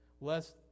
lest